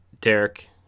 Derek